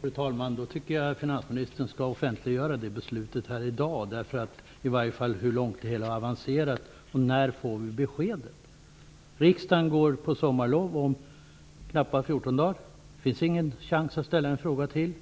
Fru talman! Då tycker jag att finansministern skall offentliggöra beslutet här i dag, i varje fall om hur långt det hela har avancerat. När får vi detta besked? Riksdagen får sommarlov om något över 14 dagar. Det finns ingen chans att ställa ytterligare en fråga,